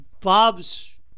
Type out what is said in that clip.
Bob's